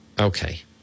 Okay